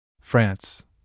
France